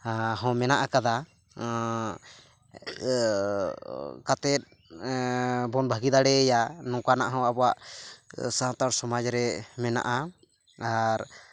ᱦᱚᱸ ᱢᱮᱱᱟᱜ ᱠᱟᱫᱟ ᱠᱟᱛᱮ ᱵᱚᱱ ᱵᱷᱟᱜᱮ ᱫᱟᱲᱮᱭᱟᱭᱟ ᱵᱚᱝᱠᱟᱱᱟᱜ ᱦᱚᱸ ᱟᱵᱚᱣᱟᱜ ᱥᱟᱱᱛᱟᱲ ᱥᱚᱢᱟᱡᱽ ᱨᱮ ᱢᱮᱱᱟᱜᱼᱟ ᱟᱨ